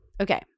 Okay